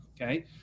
Okay